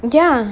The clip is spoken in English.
ya